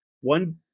One